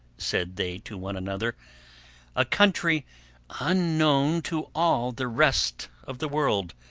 said they to one another a country unknown to all the rest of the world,